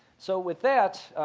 so with that,